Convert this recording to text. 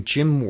Jim